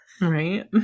Right